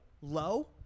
low